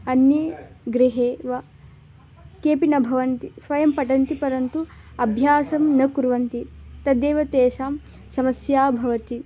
अन्ये गृहे वा केपि न भवन्ति स्वयं पठन्ति परन्तु अभ्यासं न कुर्वन्ति तदेव तेषां समस्या भवति